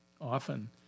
often